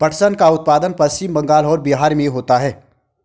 पटसन का उत्पादन पश्चिम बंगाल और बिहार में होता है